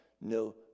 no